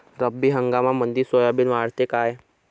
रब्बी हंगामामंदी सोयाबीन वाढते काय?